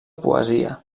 poesia